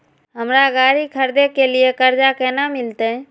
हमरा गाड़ी खरदे के लिए कर्जा केना मिलते?